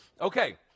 Okay